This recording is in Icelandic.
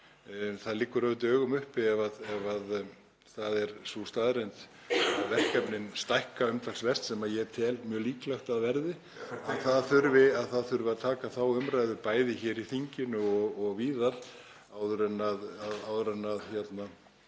Það liggur auðvitað í augum uppi ef það er sú staðreynd að verkefnin stækka umtalsvert, sem ég tel mjög líklegt að verði, að það þurfi að taka þá umræðu, bæði hér í þinginu og víðar áður en við